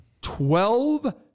Twelve